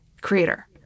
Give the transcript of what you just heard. creator